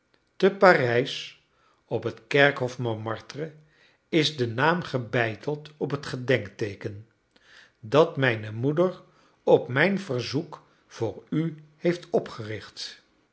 te parijs op het kerkhof montmartre is de naam gebeiteld op het gedenkteeken dat mijne moeder op mijn verzoek voor u heeft opgericht